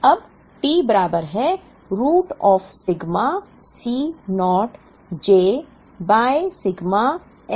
अब T बराबर है root of sigma C naught j by sigma Hj